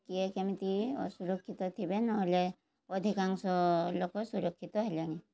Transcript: କିଏ କେମିତି ଅସୁରକ୍ଷିତ ଥିବେ ନହେଲେ ଅଧିକାଂଶ ଲୋକ ସୁରକ୍ଷିତ ହେଲେଣି